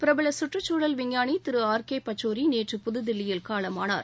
பிரபல குற்றச்சூழல் விஞ்ஞானி திருஆர் கே பச்சோரி நேற்று புதுதில்லியில் காலமானார்